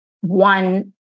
one